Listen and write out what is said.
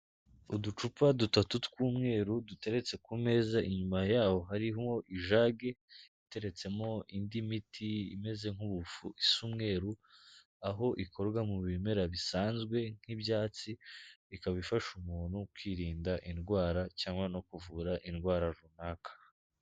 Uducupa dutatu tw'umweru duteretse ku meza, inyuma yaho hariho ijage, iteretsemo indi miti imeze nk'ubufu, isa umweruru aho ikorwa mu bimera bisanzwe nk'ibyatsi, ikaba ifasha umuntu kwirinda indwara cyangwa no kuvura indwara runaka.